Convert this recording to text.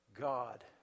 God